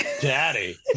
daddy